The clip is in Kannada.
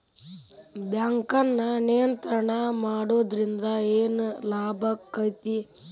ಬ್ಯಾಂಕನ್ನ ನಿಯಂತ್ರಣ ಮಾಡೊದ್ರಿಂದ್ ಏನ್ ಲಾಭಾಕ್ಕತಿ?